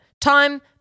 time